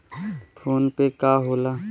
PhonePe का होला?